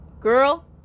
Girl